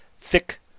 thick